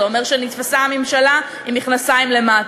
זה אומר שנתפסה הממשלה עם המכנסיים למטה.